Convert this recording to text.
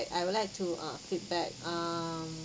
I would like to uh feedback um